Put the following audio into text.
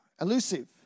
Elusive